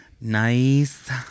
Nice